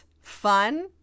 fun